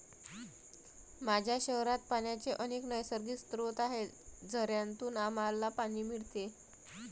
माझ्या शहरात पाण्याचे अनेक नैसर्गिक स्रोत आहेत, झऱ्यांतून आम्हाला पाणी मिळते